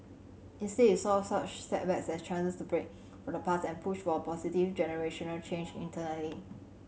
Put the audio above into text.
instead he saw such setbacks as chances to break from the past and push for positive generational change internally